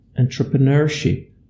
entrepreneurship